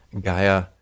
Gaia